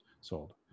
Sold